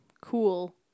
cool